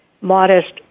modest